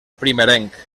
primerenc